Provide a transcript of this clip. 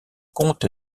compte